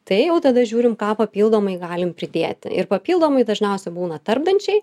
tai jau tada žiūrim ką papildomai galim pridėti ir papildomai dažniausia būna tarpdančiai